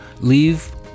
leave